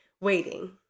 waiting